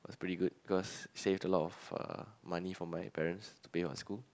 it was pretty good cause saved a lot of uh money for my parents to pay for school